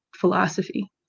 philosophy